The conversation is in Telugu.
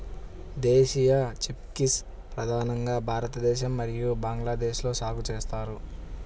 దేశీయ చిక్పీస్ ప్రధానంగా భారతదేశం మరియు బంగ్లాదేశ్లో సాగు చేస్తారు